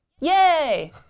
Yay